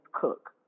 Cook